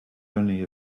only